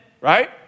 right